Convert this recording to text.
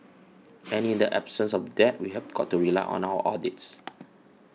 and in the absence of that we've got to rely on our audits